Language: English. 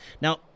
Now